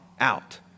out